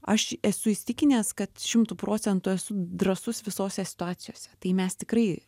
aš esu įsitikinęs kad šimtu procentų drąsus visose situacijose tai mes tikrai